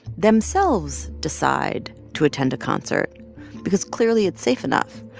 themselves decide to attend a concert because, clearly, it's safe enough.